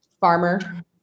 farmer